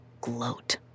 Gloat